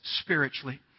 spiritually